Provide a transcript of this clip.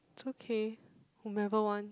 it's okay remember one